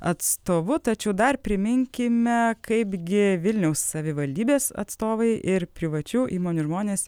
atstovu tačiau dar priminkime kaipgi vilniaus savivaldybės atstovai ir privačių įmonių žmonės